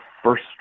First